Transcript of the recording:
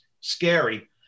scary